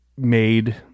made